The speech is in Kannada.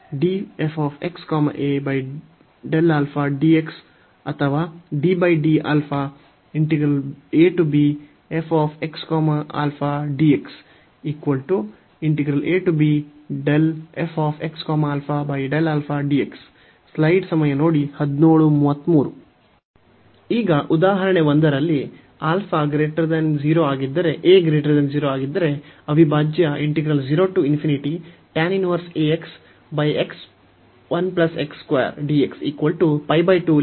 ಅಥವಾ ಈಗ ಈ ಉದಾಹರಣೆ 1 ರಲ್ಲಿ ಆಗಿದ್ದರೆ ಅವಿಭಾಜ್ಯ